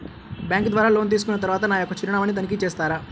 Bank ద్వారా loan తీసుకున్న తరువాత నా యొక్క చిరునామాని తనిఖీ చేస్తారా?